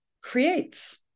creates